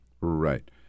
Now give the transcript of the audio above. Right